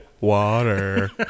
Water